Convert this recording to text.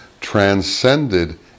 transcended